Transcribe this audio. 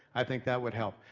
i think that would help.